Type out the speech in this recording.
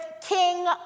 King